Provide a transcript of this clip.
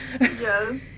Yes